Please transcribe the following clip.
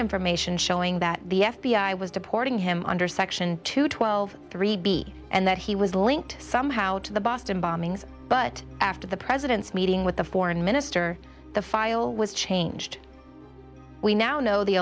information showing that the f b i was deporting him under section two twelve three and that he was linked somehow to the boston bombings but after the president's meeting with the foreign minister the file was changed we now know the